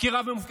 תוריד את הטון.